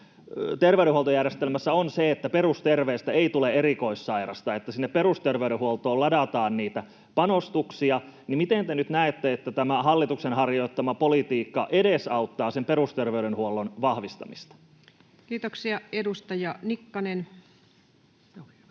terveydenhuoltojärjestelmässä on se, että perusterveestä ei tule erikoissairasta, että sinne perusterveydenhuoltoon ladataan niitä panostuksia, niin miten te nyt näette, että tämä hallituksen harjoittama politiikka edesauttaa sen perusterveydenhuollon vahvistamista? [Speech 357] Speaker: